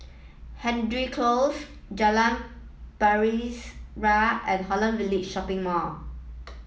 Hendry Close Jalan Pasir Ria and Holland Village Shopping Mall